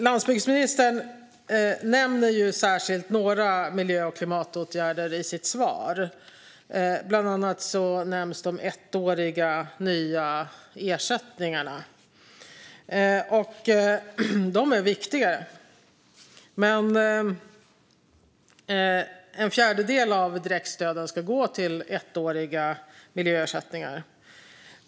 Landsbygdsministern nämner särskilt några miljö och klimatåtgärder i sitt svar. Bland annat nämns de ettåriga nya ersättningarna. De är viktiga. Men en fjärdedel av direktstöden ska gå till ettåriga miljöersättningar.